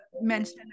mention